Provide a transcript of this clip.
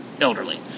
elderly